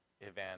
event